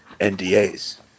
NDAs